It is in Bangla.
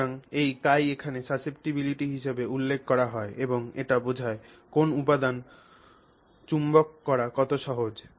সুতরাং এই χ এখানে সাসেপ্টিবিলিটি হিসাবে উল্লেখ করা হয় এবং এটি বোঝায় কোন উপাদান চুম্বক করা কত সহজ